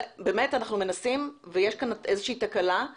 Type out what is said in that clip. אנחנו באמת מנסים אבל יש כאן איזושהי תקלה.